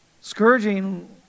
Scourging